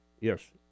Yes